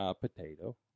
Potato